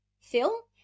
Phil